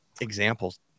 examples